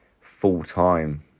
full-time